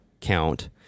count